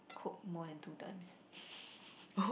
cook more than two times